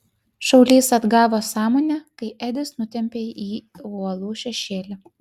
šaulys atgavo sąmonę kai edis nutempė jį į uolų šešėlį